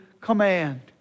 command